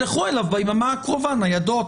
שלחו אליו ביממה הקרובה ניידות,